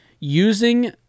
Using